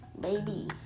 Baby